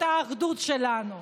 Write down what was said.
את האחדות שלנו.